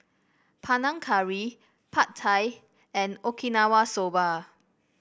Panang Curry Pad Thai and Okinawa Soba